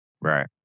Right